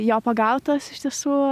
jo pagautos iš tiesų